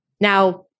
Now